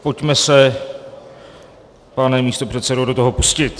Pojďme se, pane místopředsedo, do toho pustit.